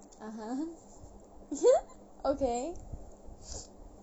(uh huh) okay